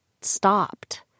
stopped